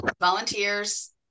volunteers